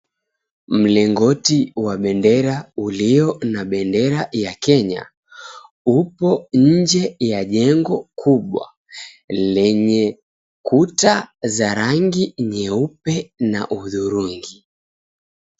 Mlingoti wa bendera ulio na bendera ya Kenya upo nje ya jengo kubwa lenye kuta za rangi nyeupe na hudhurungi.